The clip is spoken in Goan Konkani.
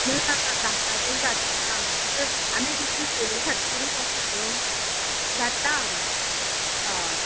ना ना ना धाडटा तेंकां धाडटां आमी तुमचे सेवे खातीरूच आसा न्हू धाडटां आमी हय